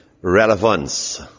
relevance